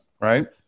right